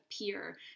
appear